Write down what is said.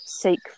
seek